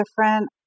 different